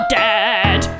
dead